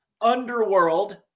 Underworld